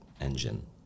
engine